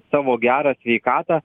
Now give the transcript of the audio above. savo gerą sveikatą